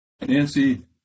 Nancy